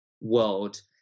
world